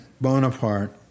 Bonaparte